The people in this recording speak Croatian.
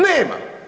Nema.